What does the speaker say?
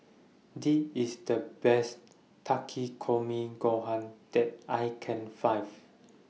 This IS The Best Takikomi Gohan that I Can Find